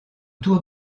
tour